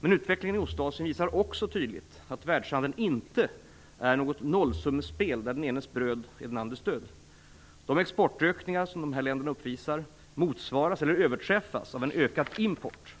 Men utvecklingen i Ostasien visar också tydligt att världshandeln inte är något nollsummespel, där den enes bröd är den andres död. De exportökningar som dessa länder uppvisar motsvaras eller överträffas av en ökad import.